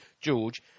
George